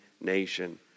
nation